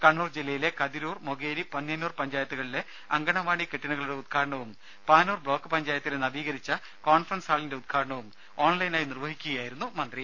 കണ്ണൂർ ജില്ലയിലെ കതിരൂർ മൊകേരി പന്ന്യന്നൂർ പഞ്ചായത്തുകളിലെ അങ്കണവാടി കെട്ടിടങ്ങളുടെ ഉദ്ഘാടനവും പാനൂർ ബ്ലോക്ക് പഞ്ചായത്തിലെ നവീകരിച്ച കോൺഫറൻസ് ഹാളിന്റെ ഉദ്ഘാടനവും ഓൺലൈനായി നിർവഹിക്കുകയായിരുന്നു മന്ത്രി